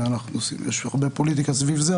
יש הרבה פוליטיקה סביב זה,